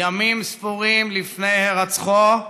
ימים ספורים לפני הירצחו,